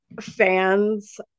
fans